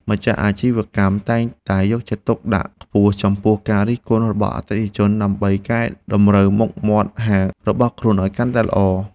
ម្ចាស់អាជីវកម្មតែងតែយកចិត្តទុកដាក់ខ្ពស់ចំពោះការរិះគន់របស់អតិថិជន ដើម្បីកែតម្រូវមុខមាត់ហាងរបស់ខ្លួនឱ្យកាន់តែល្អ។